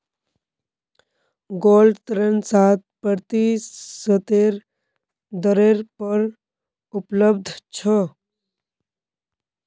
gold ऋण सात प्रतिशतेर दरेर पर उपलब्ध छ